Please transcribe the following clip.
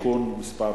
(תיקון מס'